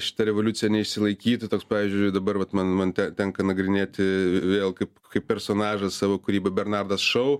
šita revoliucija neišsilaikytų toks pavyzdžiui dabar vat man man tenka nagrinėti vėl kaip kaip personažas savo kūryboj bernardas šau